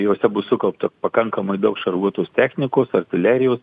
jose bus sukaupta pakankamai daug šarvuotos technikos artilerijos